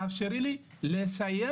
תאפשרי לי לסיים.